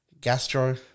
Gastro